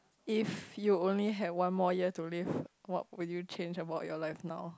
if you only have one more year to live what would you change about your life now